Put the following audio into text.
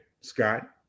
Scott